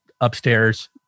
upstairs